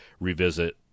revisit